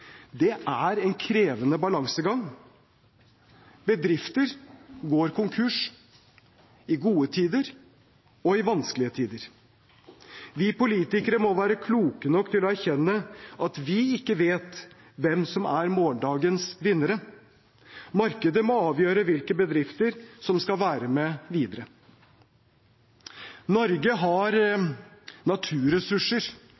Det er en krevende balansegang. Bedrifter går konkurs – i gode tider og i vanskelige tider. Vi politikere må være kloke nok til å erkjenne at vi ikke vet hvem som er morgendagens vinnere. Markedet må avgjøre hvilke bedrifter som skal være med videre. Norge har